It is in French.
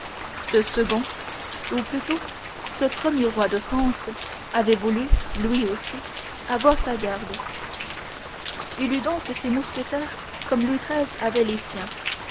ce second ou plutôt ce premier roi de france avait voulu lui aussi avoir sa garde il eut donc ses mousquetaires comme louis xiii avait les siens